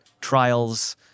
trials